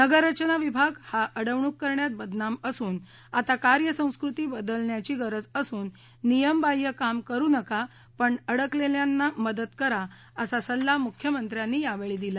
नगररचना विभाग हा अडवणूक करण्यात बदनाम असून आता कार्यसंस्कृती बदलण्याची गरज असून नियमबाह्य काम करू नका पण अडकलेल्यानं मदत करा असा सल्ला मुख्यमंत्र्यांनी यावेळी दिला